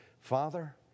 Father